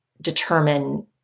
determine